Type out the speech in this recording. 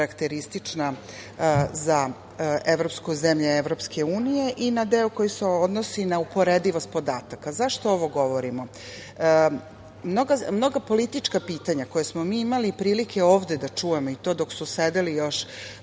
za zemlje EU i na deo koji se odnosi na uporedivost podataka.Zašto ovo govorimo? Mnoga politička pitanja koja smo mi imali prilike ovde da čujemo i to dok su sedeli još